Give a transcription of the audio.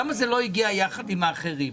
למה זה לא הגיע יחד עם הפניות האחרות?